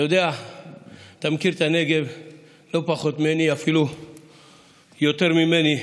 אתה מכיר את הנגב לא פחות ממני, אפילו יותר ממני,